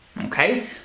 okay